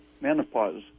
menopause